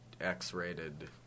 X-rated